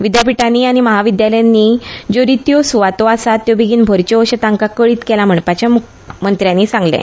विद्यापीठांनी आनी महाविद्यालयांनी ज्यो रित्यो सुवातो आसात त्यो बेगीन भरच्यो अशें तांका कळीत केलां म्हणपाचें मंत्र्यांनी सांगलें